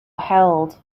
held